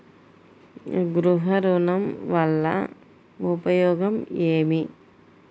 గృహ ఋణం వల్ల ఉపయోగం ఏమి?